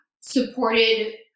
supported